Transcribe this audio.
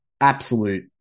Absolute